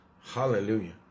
Hallelujah